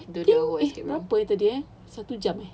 I think escape berapa eh tadi eh satu jam eh